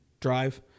drive